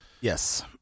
yes